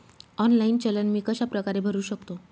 Online चलन मी कशाप्रकारे भरु शकतो?